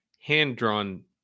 hand-drawn